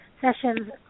sessions